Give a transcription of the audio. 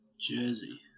jersey